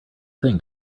thing